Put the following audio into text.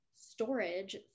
storage